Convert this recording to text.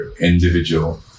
individual